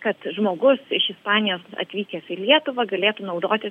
kad žmogus iš ispanijos atvykęs į lietuvą galėtų naudotis